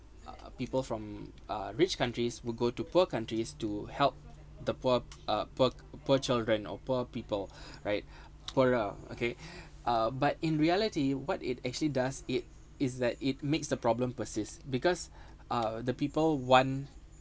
uh people from uh rich countries will go to poor countries to help the poor uh poor poor children or poor people right poorer okay uh but in reality what it actually does it is that it makes the problem persists because uh the people want